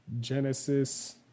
Genesis